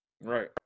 right